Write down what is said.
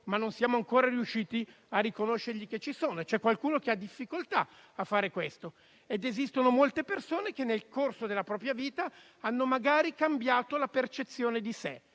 ma non siamo ancora riusciti a riconoscere che ci sono e c'è qualcuno che ha difficoltà a farlo. Esistono poi molte persone che, nel corso della propria vita, hanno magari cambiato la percezione di sé.